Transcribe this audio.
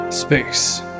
space